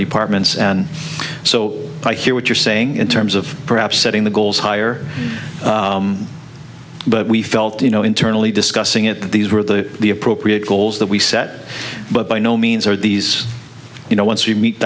departments and so i hear what you're saying in terms of perhaps setting the goals higher but we felt you know internally discussing it these were the the appropriate goals that we set but by no means are these you know once you meet